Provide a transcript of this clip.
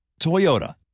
Toyota